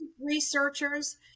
researchers